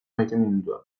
maiteminduta